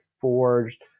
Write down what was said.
forged